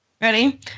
Ready